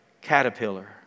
caterpillar